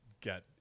get